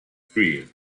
three